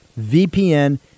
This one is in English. VPN